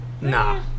Nah